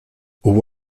hubo